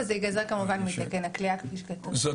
וזה ייגזר כמובן מתקן הכליאה --- זאת